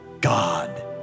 God